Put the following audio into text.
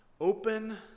Open